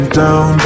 down